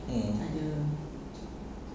mm